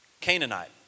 Canaanite